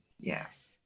yes